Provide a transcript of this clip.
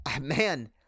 Man